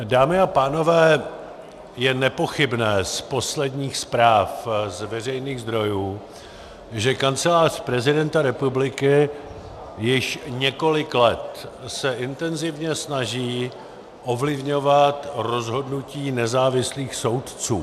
Dámy a pánové, je nepochybné z posledních zpráv z veřejných zdrojů, že Kancelář prezidenta republiky již několik let se intenzivně snaží ovlivňovat rozhodnutí nezávislých soudců.